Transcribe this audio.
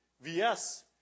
VS